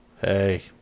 Hey